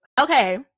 Okay